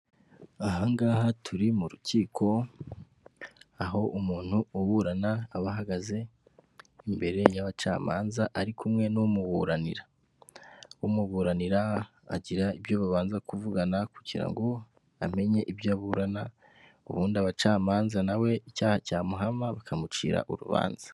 Ahangaha turi mu rukiko, aho umuntu uburana aba ahagaze imbere y'abacamanza, ari kumwe n'umuburanira, umuburanira agira ibyo babanza kuvugana kugira ngo amenye ibyo aburana, ubundi abacamanza nawe icyaha cyamuhama bakamucira urubanza.